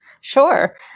Sure